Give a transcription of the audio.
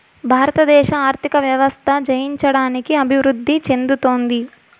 భారతదేశ ఆర్థిక వ్యవస్థ జయించడానికి అభివృద్ధి చెందుతోంది